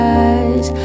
eyes